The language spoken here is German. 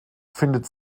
findet